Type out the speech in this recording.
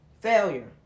Failure